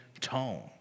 tone